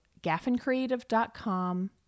gaffincreative.com